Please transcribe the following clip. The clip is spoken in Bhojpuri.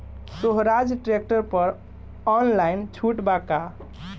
सोहराज ट्रैक्टर पर ऑनलाइन छूट बा का?